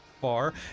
far